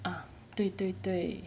ah 对对对